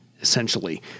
essentially